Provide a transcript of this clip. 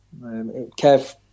Kev